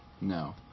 No